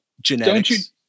genetics